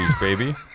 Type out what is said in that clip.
baby